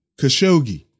Khashoggi